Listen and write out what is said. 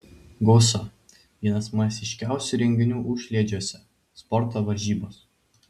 gausa vienas masiškiausių renginių užliedžiuose sporto varžybos